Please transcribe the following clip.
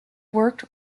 worked